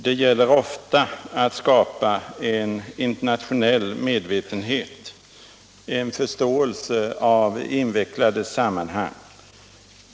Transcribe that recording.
Det gäller ofta att skapa en internationell medvetenhet, en förståelse av invecklade sammanhang.